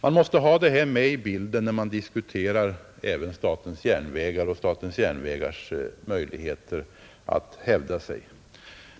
Man måste ha det här i minnet även när man diskuterar statens järnvägar och statens järnvägars möjligheter att hävda sig.